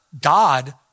God